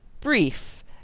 brief